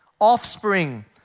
offspring